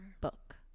book